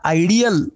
ideal